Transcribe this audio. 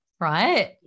Right